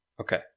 Okay